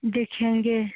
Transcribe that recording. देखेंगे